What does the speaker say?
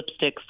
lipsticks